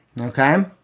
Okay